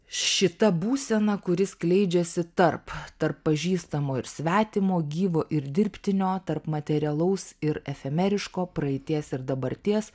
šita būsena kuri skleidžiasi tarp tarp pažįstamo ir svetimo gyvo ir dirbtinio tarp materialaus ir efemeriško praeities ir dabarties